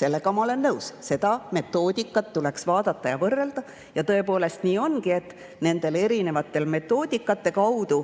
Sellega ma olen nõus. Seda metoodikat tuleks vaadata ja võrrelda. Tõepoolest nii ongi, et nende erinevate metoodikate kaudu